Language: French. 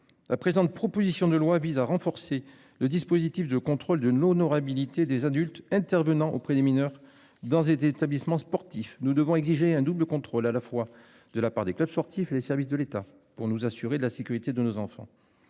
La présente, proposition de loi vise à renforcer le dispositif de contrôle de l'honorabilité des adultes intervenant auprès des mineurs dans des établissements sportifs nous devons exiger un double contrôle à la fois de la part des clubs sportifs. Les services de l'État pour nous assurer de la sécurité de nos enfants.